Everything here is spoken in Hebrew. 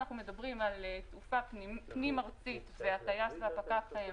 בתעופה פנים-ארצית, כשהטייס והפקח הם